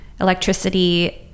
electricity